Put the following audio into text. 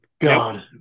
God